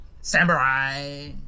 samurai